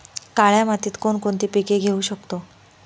काळ्या मातीत कोणकोणती पिके घेऊ शकतो?